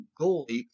goalie